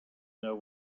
know